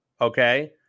okay